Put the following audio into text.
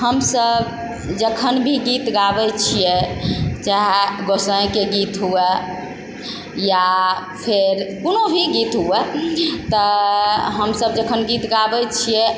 हम सब जखन भी गीत गाबय छियै चाहे गोसाइके गीत हुअए या फेर कोनो भी गीत हुअए तऽ हम सब जखन गीत गाबय छियै